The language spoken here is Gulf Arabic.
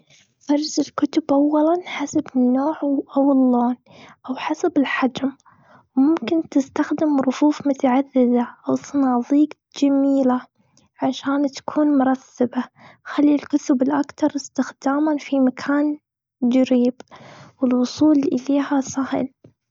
فرز الكتب أولاً حسب النوع أو اللون أو حسب الحجم. وممكن تستخدم رفوف متعددة أو صناديق جميلة، عشان تكون مرثبة. خلي الكتب الأكثر إستخداماً في مكان قريب والوصول إليها سهل.